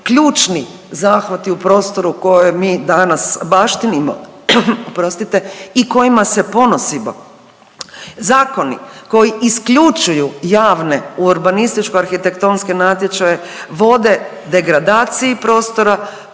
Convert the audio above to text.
ključni zahvati u prostoru u kojem mi danas baštinimo i kojima se ponosimo. Zakoni koji isključuju javne u urbanističko-arhitektonske natječaje vode degradaciji prostora